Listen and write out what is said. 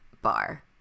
Bar